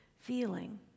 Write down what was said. feeling